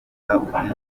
bahabwa